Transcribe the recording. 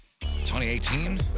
2018